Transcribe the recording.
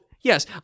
yes